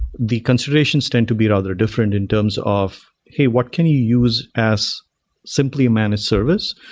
the considerations stand to be rather different in terms of, hey, what can you use as simply managed service,